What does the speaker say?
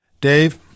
Dave